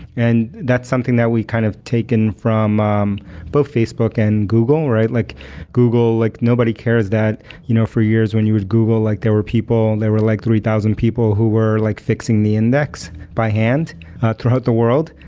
and that's something that we've kind of taken from um both facebook and google, right? like google, like nobody cares that you know for years when you would google, like there were people, there were like three thousand people who were like fixing the index by hand throughout the world.